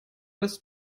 das